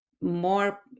more